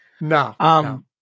No